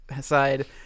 side